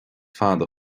fada